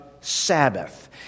Sabbath